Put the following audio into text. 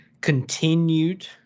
continued